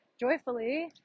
joyfully